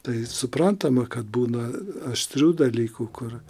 tai suprantama kad būna aštrių dalykų kur